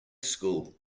school